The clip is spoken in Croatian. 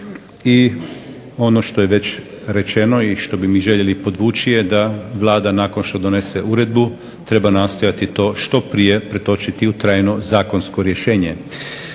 I ono što je već rečeno i što bi mi željeli podvući je da Vlada nakon što donese uredbu treba nastojati to što prije pretočiti u trajno zakonsko rješenje.